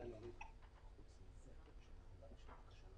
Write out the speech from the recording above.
אסי, יש לכם בעיה עם הנוסח הזה?